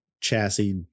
chassis